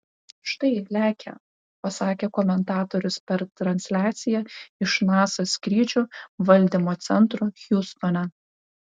štai lekia pasakė komentatorius per transliaciją iš nasa skrydžių valdymo centro hjustone